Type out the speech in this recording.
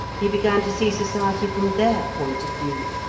he began to see society from their point of view,